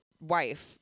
wife